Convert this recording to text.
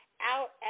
Out